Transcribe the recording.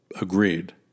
agreed